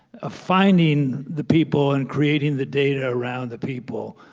ah finding the people and creating the data around the people,